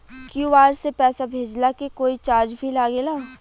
QR से पैसा भेजला के कोई चार्ज भी लागेला?